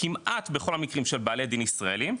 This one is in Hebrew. כמעט בכל המקרים של בעלי דין ישראליים,